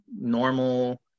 normal